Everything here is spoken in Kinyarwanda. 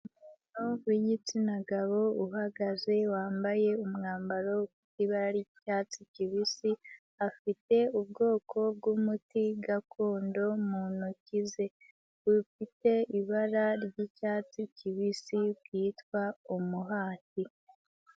Umuntu w'igitsina gabo uhagaze, wambaye umwambaro wibara ry'icyatsi kibisi, afite ubwoko bw'umuti gakondo mu ntoki ze, ufite ibara ry'icyatsi kibisi bwitwa umuhati.